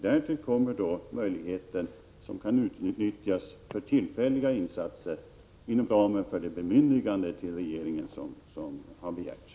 Därtill kommer möjligheten som kan utnyttjas för tillfälliga insatser inom ramen för det bemyndigande till regeringen som har begärts.